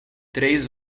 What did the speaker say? três